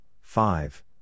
five